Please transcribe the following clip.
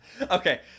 Okay